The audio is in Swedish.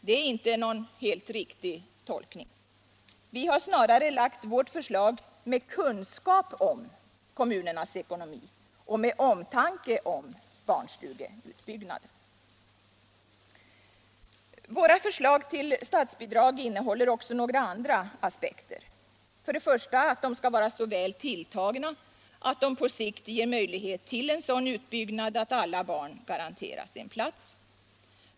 Det är inte en helt riktig tolkning. Vi har snarare lagt vårt förslag med kunskap om kommunernas ekonomi och med omtanke om barnstugeutbyggnaden. Våra förslag till statsbidrag innehåller också några andra aspekter. För det första skall de vara så väl tilltagna att de på sikt ger möjlighet till en sådan utbyggnad att alla barn garanteras en plats.